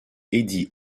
eddie